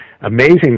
amazing